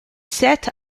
set